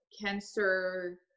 cancer